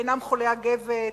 אינם חולי עגבת,